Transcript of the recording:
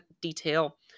detail